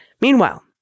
Meanwhile